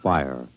Fire